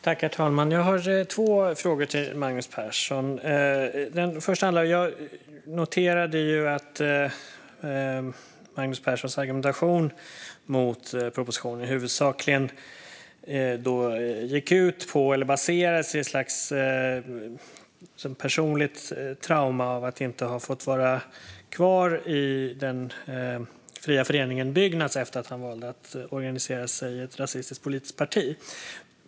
Herr talman! Jag har två frågor till Magnus Persson. Jag noterade att Magnus Perssons argumentation mot propositionen huvudsakligen baserades på ett slags personligt trauma i form av att Magnus Persson inte fick vara kvar i den fria föreningen Byggnads sedan han valt att organisera sig i ett rasistiskt politiskt parti.